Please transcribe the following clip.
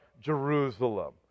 Jerusalem